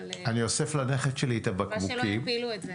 אבל מקווה שלא יפילו את זה.